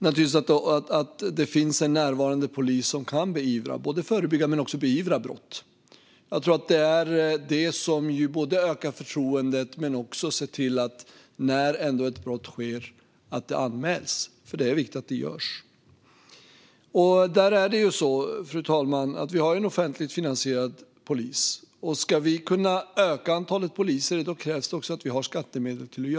Att det finns en närvarande polis som kan förebygga och beivra brott tror jag är något som ökar förtroendet och som gör att brott anmäls, för det är viktigt att detta sker. Vi har en offentligt finansierad polis, fru talman. Om vi ska kunna öka antalet poliser krävs att vi har skattemedel till det.